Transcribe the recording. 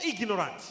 ignorant